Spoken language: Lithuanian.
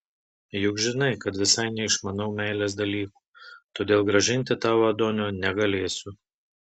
juk žinai kad visai neišmanau meilės dalykų todėl grąžinti tau adonio negalėsiu